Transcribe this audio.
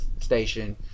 station